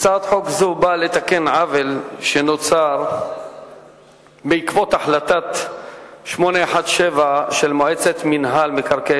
הצעת חוק זו באה לתקן עוול שנוצר בעקבות החלטה 817 של מועצת מינהל מקרקעי